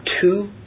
two